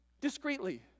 discreetly